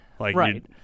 Right